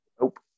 Nope